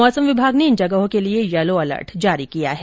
मौसम विभाग ने इन जगहों के लिए यलो अलर्ट जारी किया है